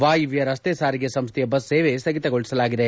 ವಾಯವ್ಯ ರಸ್ತೆ ಸಾರಿಗೆ ಸಂಸ್ಕೆಯ ಬಸ್ ಸೇವೆ ಸ್ಥಗಿತಗೊಳಿಸಲಾಗಿದೆ